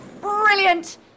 Brilliant